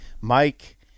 Mike